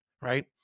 right